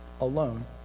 alone